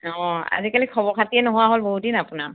অঁ আজিকালি খবৰ খাতিয়েই নোহোৱা হ'ল বহুতদিন আপোনাৰ